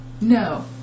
No